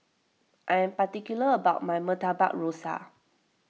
I am particular about my Murtabak Rusa